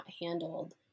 handled